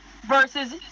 Versus